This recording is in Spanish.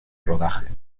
rodaje